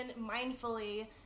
mindfully